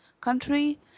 country